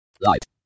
light